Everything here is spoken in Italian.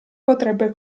potrebbe